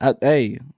Hey